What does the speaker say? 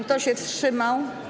Kto się wstrzymał?